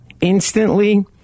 instantly